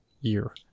year